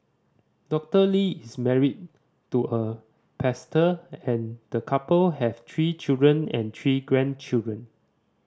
Doctor Lee is married to a pastor and the couple have three children and three grandchildren